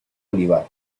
olivar